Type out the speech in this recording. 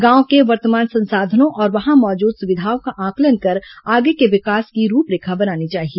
गांव के वर्तमान संसाधनों और वहां मौजूद सुविधाओं का आंकलन कर आगे के विकास की रूपरेखा बनानी चाहिए